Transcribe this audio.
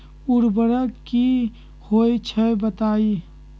उर्वरक की होई छई बताई?